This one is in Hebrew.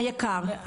היק"ר.